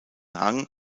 hang